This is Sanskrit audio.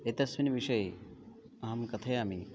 एतस्मिन् विषये अहं कथयामि